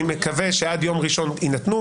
אני מקווה שעד יום ראשון יינתנו.